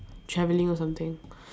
travelling or something